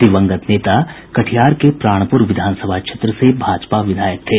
दिवंगत नेता कटिहार के प्राणपूर विधानसभा क्षेत्र से भाजपा विधायक थे